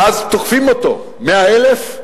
ואז תוקפים אותו: 100,000?